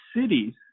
cities